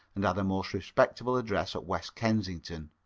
and had a most respectable address at west kensington.